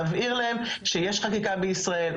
להבהיר להם שיש חקיקה בישראל,